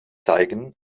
zeigen